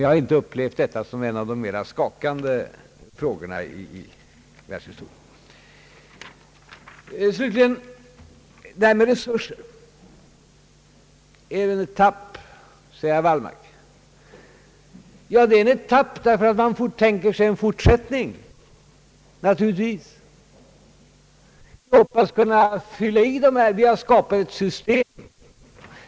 Vi har inte upplevt detta som en av de mera skakande frågorna i världshistorien. Slutligen vill jag ta upp den här frågan om erforderliga resurser. Detta är en etapp, säger herr Wallmark. Ja, det är en etapp därför att man tänker sig en fortsättning. Vi hoppas kunna bygga ut systemet.